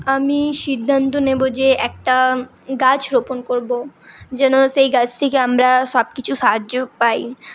আমি সিদ্ধান্ত নেবো যে একটা গাছ রোপণ করবো যেন সেই গাছ থেকে আমরা সবকিছু সাহায্য পাই